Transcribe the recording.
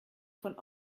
von